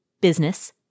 business